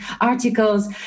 articles